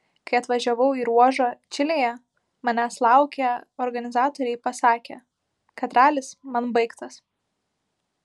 kai atvažiavau į ruožą čilėje manęs laukę organizatoriai pasakė kad ralis man baigtas